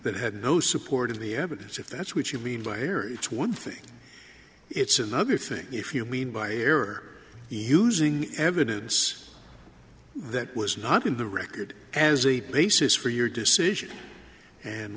that had no support of the evidence if that's what you mean by here it's one thing it's another thing if you mean by error using the evidence that was not in the record as a basis for your decision and